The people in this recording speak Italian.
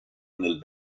nel